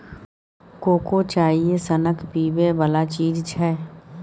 cocoa चाइए सनक पीबै बला चीज छै